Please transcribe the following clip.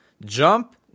Jump